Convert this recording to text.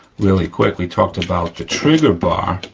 really quick, we talked about the trigger bar,